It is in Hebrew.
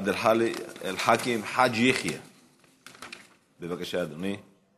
עבד אל חכים חאג' יחיא, בבקשה, אדוני.